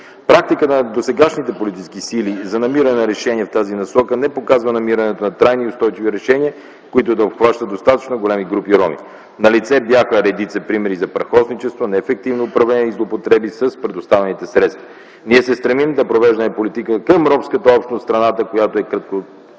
Практика на досегашните политически сили за намиране на решение в тази насока не показва намирането на трайни и устойчиви решения, които да обхващат достатъчно големи групи роми. Налице бяха редица примери за прахосничество, неефективно управление и злоупотреби с предоставените средства. Ние се стремим да провеждаме политика към ромската общност в страната, която в краткосрочен